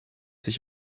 sich